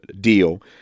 deal